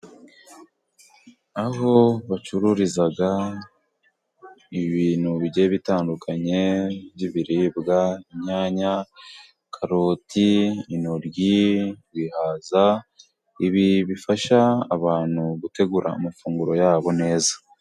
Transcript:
Aho bacururiza ibintu bigiye bitandukanye by'ibiribwa inyanya, karoti, intoryi, ibihaza. Ibi bifasha abantu gutegura amafunguro yabo neza.